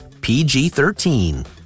PG-13